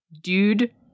Dude